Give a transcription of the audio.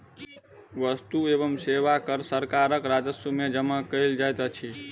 वस्तु एवं सेवा कर सरकारक राजस्व में जमा कयल जाइत अछि